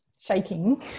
shaking